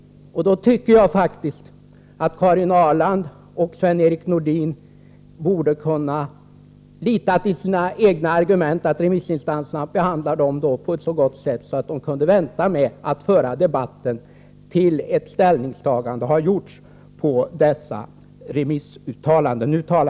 Då tycker jag faktiskt att Karin Ahrland och Sven-Erik Nordin borde kunna lita på sina egna argument och på att remissinstanserna behandlar dem på sådant sätt att de kan vänta med att föra debatten tills ställning har tagits till dessa remissyttranden.